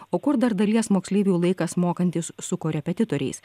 o kur dar dalies moksleivių laikas mokantis su korepetitoriais